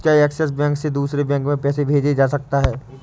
क्या Axis bank से दूसरे बैंक में पैसे भेजे जा सकता हैं?